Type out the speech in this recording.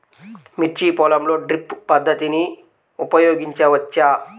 మిర్చి పొలంలో డ్రిప్ పద్ధతిని ఉపయోగించవచ్చా?